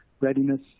readiness